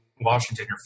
Washington